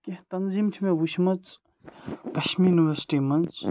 کیٚنٛہہ تنظیٖم چھِ مےٚ وٕچھمژ کشمیٖر یونیورسٹی منٛز